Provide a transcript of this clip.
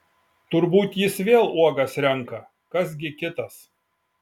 turbūt jis vėl uogas renka kas gi kitas